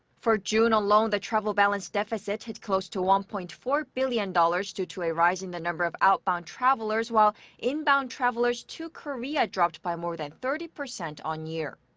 for june alone, the travel balance deficit hit close to one point four billion dollars due to a rise in the number of outbound travelers, while inbound travelers to korea dropped by more than thirty percent on-year.